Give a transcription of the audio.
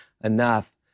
enough